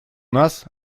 нас